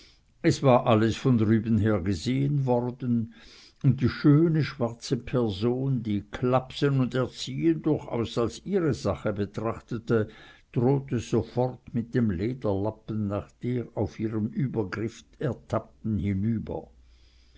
es war alles von drüben her gesehen worden und die schöne schwarze person die klapsen und erziehn durchaus als ihre sache betrachtete drohte sofort mit dem lederlappen nach der auf ihrem übergriff ertappten hinüber